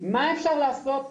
מה אפשר לעשות,